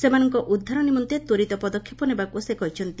ସେମାନଙ୍କ ଉଦ୍ଧାର ନିମନ୍ତେ ତ୍ୱରିତ ପଦକ୍ଷେପ ନେବାକ୍ର ସେ କହିଛନ୍ତି